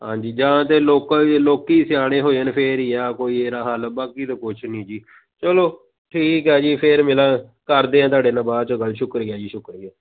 ਹਾਂਜੀ ਜਾਂ ਤਾਂ ਲੋਕਾਂ ਵੀ ਲੋਕ ਸਿਆਣੇ ਹੋ ਜਾਣ ਫਿਰ ਹੀ ਆ ਕੋਈ ਇਹਦਾ ਹੱਲ ਬਾਕੀ ਤਾਂ ਕੁਛ ਨਹੀਂ ਜੀ ਚਲੋ ਠੀਕ ਆ ਜੀ ਫਿਰ ਮਿਲਾ ਕਰਦੇ ਹਾਂ ਤੁਹਾਡੇ ਨਾਲ ਬਾਅਦ 'ਚ ਗੱਲ ਸ਼ੁਕਰੀਆ ਜੀ ਸ਼ੁਕਰੀਆ